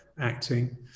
acting